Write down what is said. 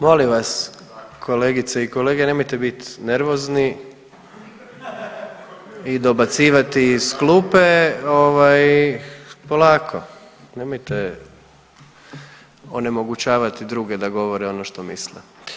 Molim vas kolegice i kolege nemojte bit nervozni i dobacivati iz klupe, ovaj polako, nemojte onemogućavati druge da govore ono što misle.